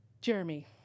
Jeremy